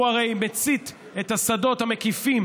הוא הרי מצית את השדות המקיפים